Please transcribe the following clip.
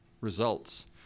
results